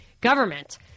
government